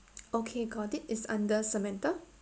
okay got it it's under samantha